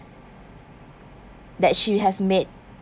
that she have made